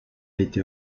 été